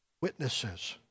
witnesses